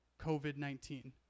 COVID-19